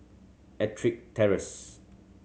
Ettrick Terrace